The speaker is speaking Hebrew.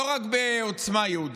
לא רק בעוצמה יהודית,